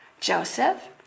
Joseph